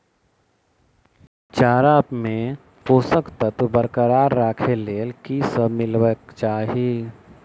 चारा मे पोसक तत्व बरकरार राखै लेल की सब मिलेबाक चाहि?